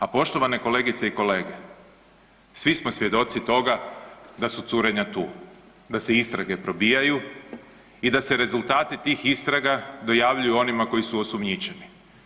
A poštovane kolegice i kolege, svi smo svjedoci toga da su curenja tu, da se istrage probijaju i da se rezultati tih istraga dojavljuju onima koji su osumnjičeni.